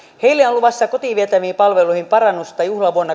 heille on luvassa kotiin vietäviin palveluihin parannusta juhlavuonna